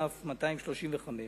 כ/235,